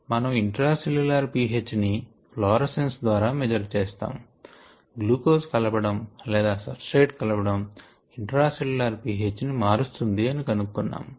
మనం intracellular pH ని fluorescence ద్వారా మేజర్ చేసాము గ్లూకోజ్ కలపడం లేదా సబ్స్ట్రేట్ కలపడం ఇంట్రా సెల్ల్యూలార్ pH ని మారుస్తోంది అని కనుక్కున్నాము